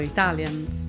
Italians